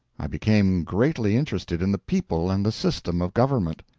i became greatly interested in the people and the system of government.